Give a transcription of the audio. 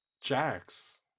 Jax